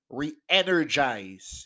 re-energize